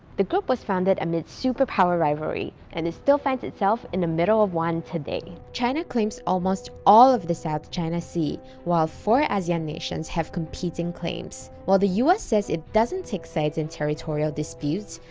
the group was founded amidst a superpower rivalry, and it still finds itself in the middle of one today. china claims almost all of the south china sea, while four asean nations have competing claims. while the u s. says it doesn't take sides in territorial disputes,